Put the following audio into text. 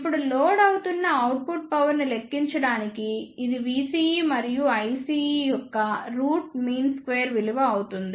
ఇప్పుడు లోడ్ అవుతున్న output power ని లెక్కించడానికి ఇది Vce మరియు Ice యొక్క రూట్ మీన్ స్క్వేర్ విలువ అవుతుంది